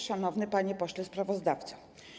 Szanowny Panie Pośle Sprawozdawco!